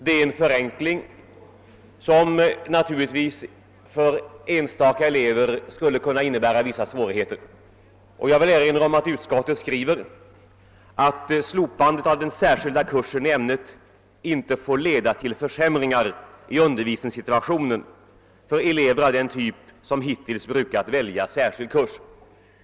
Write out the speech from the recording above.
Det är en förenkling som naturligtvis för enstaka elever skulle kunna innebära vissa svårigheter. Jag vill erinra om att utskottet understryker att »slopandet av den särskilda kursen i ämnet inte får leda till försämringar i undervisningssituationen för elever av den typ som hittills brukat välja särskild kurs».